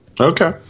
Okay